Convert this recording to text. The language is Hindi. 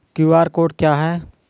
क्यू.आर कोड क्या है?